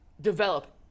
develop